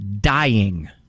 dying